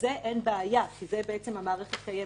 בזה אין בעיה, המערכת קיימת.